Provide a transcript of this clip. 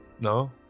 No